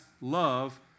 love